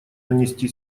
нанести